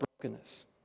brokenness